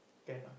can lah